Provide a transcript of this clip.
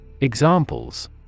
Examples